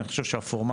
אני חושב שהפורמט